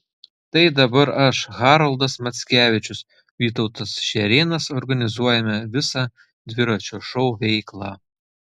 tai dabar aš haroldas mackevičius vytautas šerėnas organizuojame visą dviračio šou veiklą